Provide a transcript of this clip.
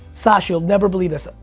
sasha you'll never believe this,